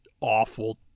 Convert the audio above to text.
awful